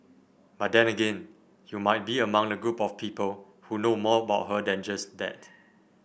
but then again you might be among the group of people who know more about her than just that